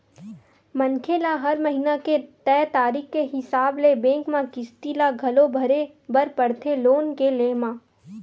मनखे ल हर महिना के तय तारीख के हिसाब ले बेंक म किस्ती ल घलो भरे बर परथे लोन के लेय म